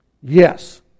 yes